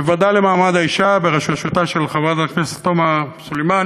בישיבת הוועדה לקידום מעמד האישה בראשותה של חברת הכנסת תומא סלימאן,